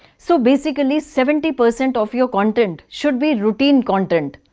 so basically seventy percent of your content should be routine content.